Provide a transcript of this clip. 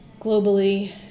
globally